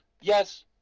Yes